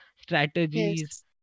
strategies